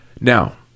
Now